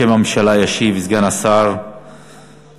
בשם הממשלה ישיב סגן שר האוצר,